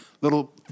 little